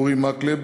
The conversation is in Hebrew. אורי מקלב,